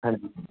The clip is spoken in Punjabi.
ਹਾਂਜੀ